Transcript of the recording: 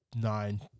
nine